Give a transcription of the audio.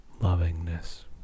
lovingness